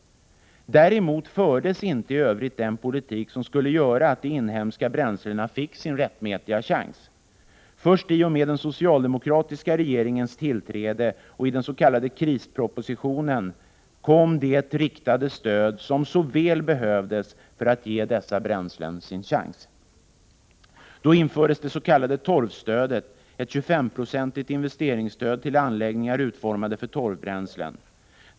Däremot fördes inte i övrigt den politik som skulle göra att de inhemska bränslena fick sin rättmätiga chans. Först i och med den socialdemokratiska regeringens tillträde och i och med den s.k. krispropositionen kom det riktade stöd som så väl behövdes för att dessa bränslen skulle ges sin chans. Då infördes det s.k. torvstödet, ett 25-procentigt investeringsstöd till anläggningar utformade för torvbränslen.